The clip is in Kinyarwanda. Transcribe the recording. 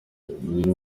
ibiri